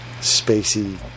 Spacey